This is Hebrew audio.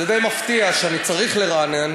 זה די מפתיע שאני צריך לרענן,